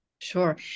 Sure